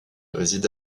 réside